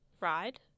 ride